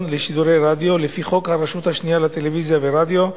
לשידורי רדיו לפי חוק הרשות השנייה לטלוויזיה ורדיו,